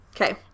Okay